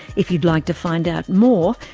if you'd like to find out more,